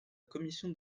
commission